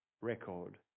record